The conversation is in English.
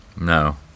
No